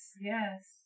yes